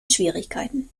schwierigkeiten